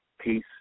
peace